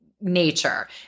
nature